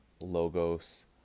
logos